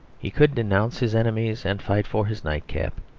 he could denounce his enemies and fight for his nightcap.